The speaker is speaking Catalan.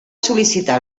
sol·licitar